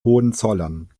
hohenzollern